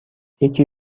یکی